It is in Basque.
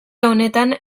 honetan